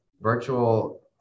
virtual